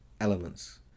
elements